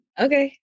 Okay